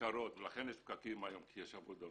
הכיכרות ולכן יש פקקים היום, כי יש עבודות